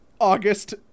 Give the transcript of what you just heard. August